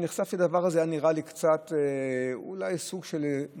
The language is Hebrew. כשנחשפתי לדבר הזה זה היה נראה לי קצת סוג של מלשינון,